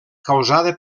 causada